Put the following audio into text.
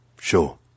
Sure